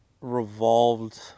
revolved